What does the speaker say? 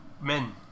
men